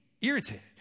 irritated